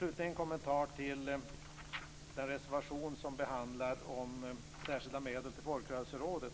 Allra sist vill jag göra en kommentar till den reservation som handlar om särskilda medel till Folkrörelserådet.